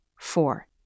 Four